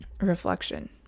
reflection